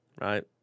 right